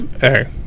hey